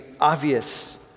obvious